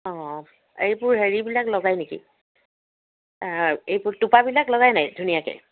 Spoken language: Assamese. অঁ অঁ এইবোৰ হেৰিবিলাক লগাই নেকি এইবোৰ টোপাবিলাক লগাই নাই ধুনীয়াকৈ